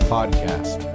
Podcast